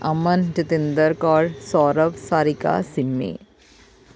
Aman Jatinder Kaur Saurav Sarika Simmi